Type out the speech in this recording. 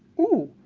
ooh,